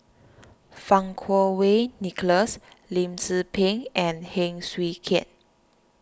Fang Kuo Wei Nicholas Lim Tze Peng and Heng Swee Keat